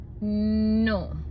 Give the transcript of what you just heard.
No